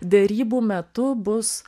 derybų metu bus